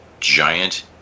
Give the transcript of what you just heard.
giant